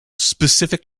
specific